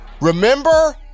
Remember